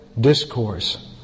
Discourse